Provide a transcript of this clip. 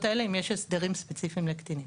האלה האם יש הסדרים ספציפיים לקטינים.